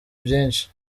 byinshi